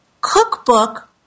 cookbook